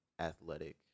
athletic